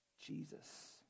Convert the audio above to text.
Jesus